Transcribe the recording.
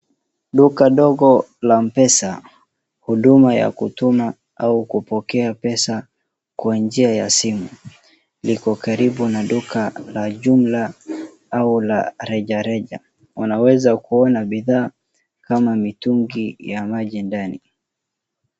Duka ndogo la M-PESA, huduma ya kutuma au kupokea pesa kwa njia ya simu, liko karibu na duka la jumla au la rejareja. Unaweza kuona bidhaa kama mitungi ya maji ndani.